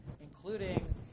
including